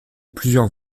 plusieurs